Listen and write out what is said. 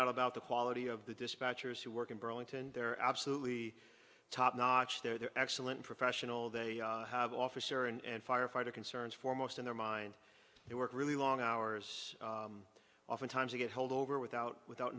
not about the quality of the dispatchers who work in burlington they're absolutely top notch they're excellent professional they have officer and firefighter concerns foremost in their mind they work really long hours often times they get held over without without